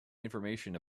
information